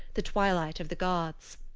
the twilight of the gods.